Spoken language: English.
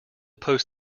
post